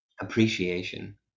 appreciation